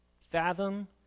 fathom